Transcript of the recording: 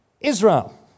Israel